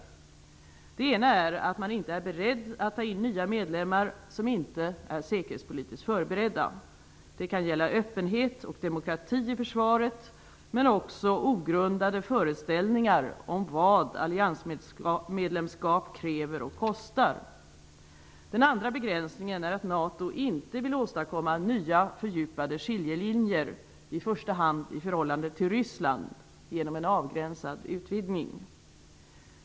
Den ena begränsningen är att man inte är beredd att ta in nya medlemmar som inte är säkerhetspolitiskt förberedda. Det kan gälla öppenhet och demokrati i försvaret men också ogrundade föreställningar om vad alliansmedlemskap kräver och kostar. Den andra begränsningen är att NATO inte vill åstadkomma nya fördjupade skiljelinjer, i första hand i förhållande till Ryssland, genom en avgränsad utvidgning.